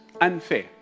unfair